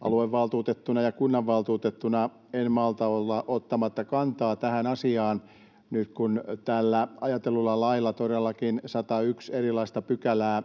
Aluevaltuutettuna ja kunnanvaltuutettuna en malta olla ottamatta kantaa tähän asiaan nyt, kun tällä ajatellulla lailla todellakin 101 erilaista pykälää